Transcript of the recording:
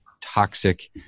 toxic